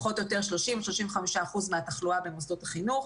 פחות או יותר,30-35% מהתחלואה במוסדות חינוך.